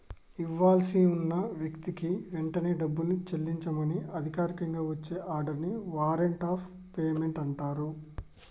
ఇవ్వాల్సి ఉన్న వ్యక్తికి వెంటనే డబ్బుని చెల్లించమని అధికారికంగా వచ్చే ఆర్డర్ ని వారెంట్ ఆఫ్ పేమెంట్ అంటరు